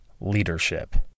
Leadership